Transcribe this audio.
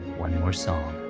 one more song.